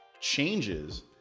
changes